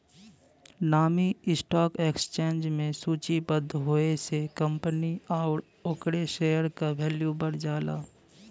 नामी stock exchange में सूचीबद्ध होये से कंपनी आउर ओकरे शेयर क वैल्यू बढ़ जाला